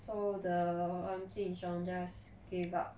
so the 黄俊雄 just gave up